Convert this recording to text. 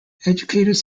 educators